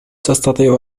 تستطيع